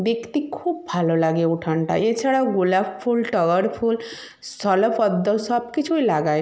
দেখতে খুব ভালো লাগে উঠোনটা এছাড়াও গোলাপ ফুল টগর ফুল স্থলপদ্ম সব কিছুই লাগাই